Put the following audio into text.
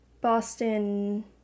Boston